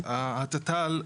התת"ל,